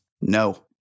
No